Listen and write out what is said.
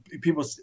people